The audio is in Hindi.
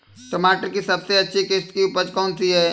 टमाटर की सबसे अच्छी किश्त की उपज कौन सी है?